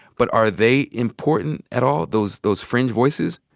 but are they important at all, those those fringe voices?